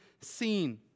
seen